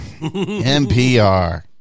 NPR